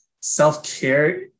self-care